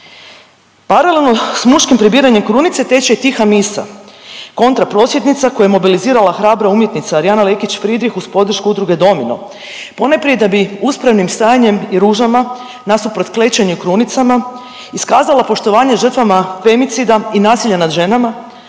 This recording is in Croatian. Paralelno s mučkim prebiranjem krunice teče i tiha misa kontra prosvjednica koje je mobilizirala hrabra umjetnica Arijana Lekić-Fridrih uz podršku Udruge „Domino“, ponajprije da bi uspravnim stajanjem i ružama nasuprot klečanju i krunicama iskazala poštovanje žrtvama femicida i nasilja nad ženama,